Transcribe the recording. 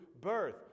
birth